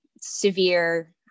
severe